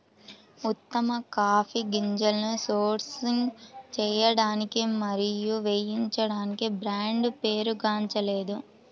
ఉత్తమ కాఫీ గింజలను సోర్సింగ్ చేయడానికి మరియు వేయించడానికి బ్రాండ్ పేరుగాంచలేదు